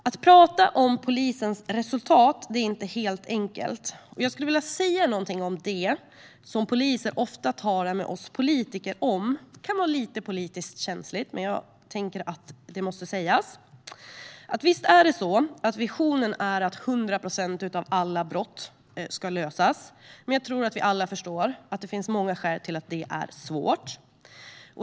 Att prata om polisens resultat är inte helt enkelt. Jag skulle vilja säga något om sådant poliser ofta talar med oss politiker om. Det kan vara lite politiskt känsligt, men jag tänker att det måste sägas. Visst är det så att visionen är att 100 procent av alla brott ska lösas, men jag tror att vi alla förstår att det finns många skäl till att det är svårt.